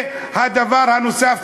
הדבר הנוסף,